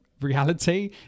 reality